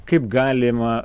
kaip galima